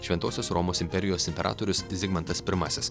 šventosios romos imperijos imperatorius zigmantas pirmasis